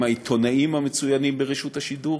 עם העיתונאים המצוינים ברשות השידור,